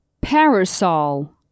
Parasol